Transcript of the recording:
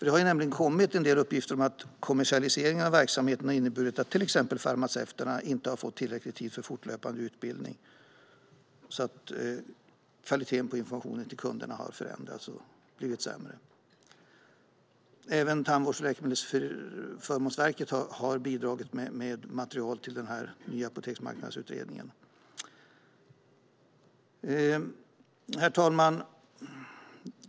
Det har nämligen kommit en del uppgifter om att kommersialiseringen av verksamheten till exempel har inneburit att farmaceuterna inte har fått tillräcklig tid för fortlöpande utbildning så att kvaliteten på informationen till kunderna har försämrats. Även Tandvårds och läkemedelsförmånsverket har bidragit med material till Nya apoteksmarknadsutredningen. Herr talman!